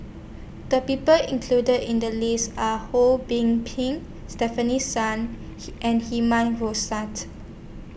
The People included in The list Are Ho Kwon Ping Stefanie Sun He and Herman